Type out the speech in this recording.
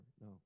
No